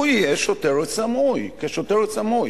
הוא יהיה שוטר סמוי, כשוטר סמוי.